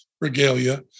regalia